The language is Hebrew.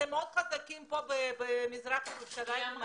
אתם מאוד חזקים במזרח ירושלים.